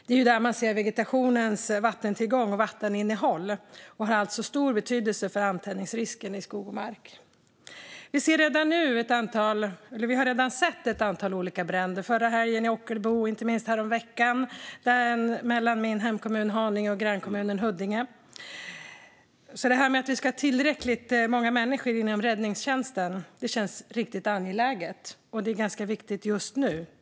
Det är där man ser vegetationens vattentillgång och vatteninnehåll, och den har alltså stor betydelse för antändningsrisken i skog och mark. Vi har redan sett ett antal olika bränder - förra helgen i Ockelbo och häromveckan mellan min hemkommun Haninge och grannkommunen Huddinge. Det här med att vi ska ha tillräckligt många människor inom räddningstjänsten känns riktigt angeläget, och det är viktigt just nu.